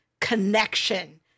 connection